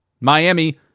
Miami